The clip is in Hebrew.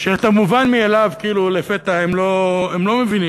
שאת המובן מאליו לפתע הם לא מבינים,